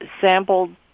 sampled